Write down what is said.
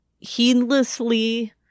heedlessly